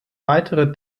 weitere